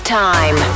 time